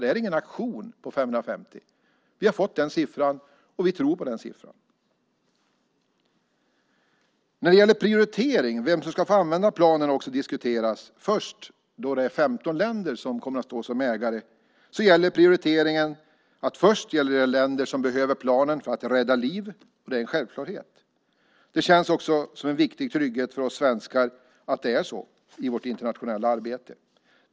Det är ingen auktion när det gäller de 550 timmarna. Vi har fått den siffran och tror på den. Prioriteringen - vem som ska få använda planen - har också diskuterats. Då det är 15 länder som kommer att stå som ägare är prioriteringen att det först gäller länder som behöver planen för att rädda liv. Det är en självklarhet. Det känns också som en viktig trygghet för oss svenskar att det är så i vårt internationella arbete.